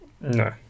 No